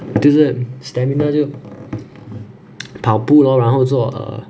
就是 stamina 就跑步 lor 然后做 err